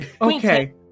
Okay